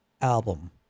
album